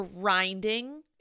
grinding